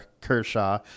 Kershaw